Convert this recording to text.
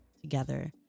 together